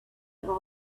one